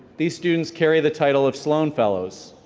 these students carry the title of sloan fellows.